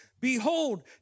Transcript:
behold